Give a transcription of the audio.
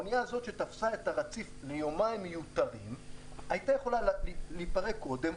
האונייה הזאת שתפסה את הרציף ליומיים מיותרים הייתה יכולה להיפרק קודם,